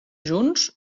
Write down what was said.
junts